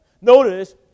Notice